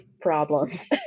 problems